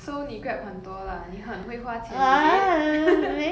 so 你 grab 很多 lah 你很会花钱 is it